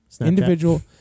individual